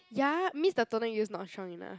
ya means the toner you use not strong enough